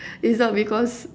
it's not because